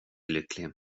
lycklig